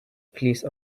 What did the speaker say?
police